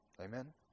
Amen